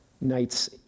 nights